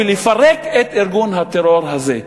ולפרק את ארגון הטרור הזה.